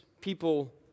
people